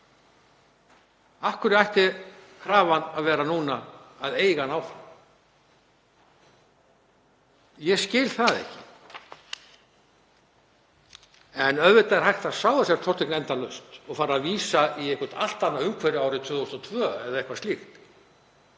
Af hverju ætti krafan að vera sú núna að eiga hann áfram? Ég skil það ekki. En auðvitað er hægt að sá þessari tortryggni endalaust og fara að vísa í eitthvert allt annað umhverfi, árið 2002 eða eitthvað slíkt,